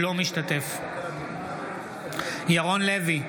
אינו משתתף בהצבעה ירון לוי,